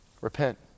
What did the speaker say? repent